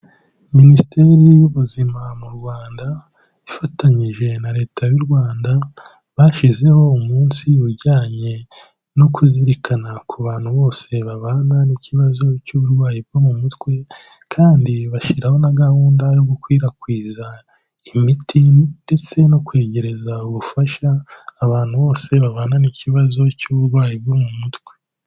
Minisiteri y'Ubuzima mu Rwanda ifatanyije na Leta y'u Rwanda, bashyizeho umunsi ujyanye no kuzirikana ku bantu bose babana n'ikibazo cy'uburwayi bwo mu mutwe, kandi bashyiraho na gahunda yo gukwirakwiza imiti ndetse no kwegereza ubufasha, abantu bose babana n'ikibazo cy'uburwayi bwo mu mutwe.